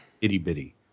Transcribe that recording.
itty-bitty